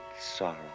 sorrow